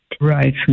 Right